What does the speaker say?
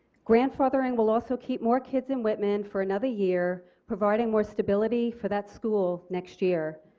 grandfathering will also keep more kids in whitman for another year. providing more stability for that school next year.